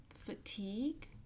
fatigue